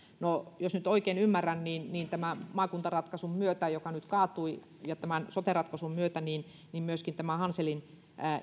no jos nyt oikein ymmärrän niin niin tämän maakuntaratkaisun myötä joka nyt kaatui ja tämän sote ratkaisun myötä myöskin tämä hanselin